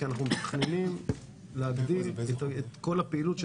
כי אנחנו מתכננים להגדיל את כל הפעילות של